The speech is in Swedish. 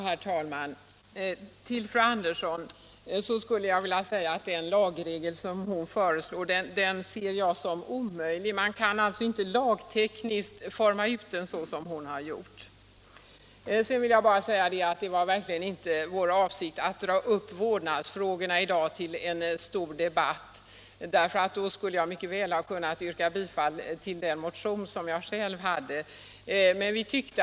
Herr talman! Till fru Andersson i Kumla vill jag säga att jag ser den lagregel som hon föreslår som alldeles omöjlig. Man kan inte lagtekniskt utforma en regel såsom hon har gjort. Sedan vill jag bara säga att det verkligen inte var vår avsikt att i dag dra upp vårdnadsfrågorna till en stor debatt. Om det hade varit avsikten skulle jag mycket väl ha kunnat yrka bifall till den motion som jag själv har väckt.